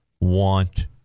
want